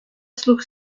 sloech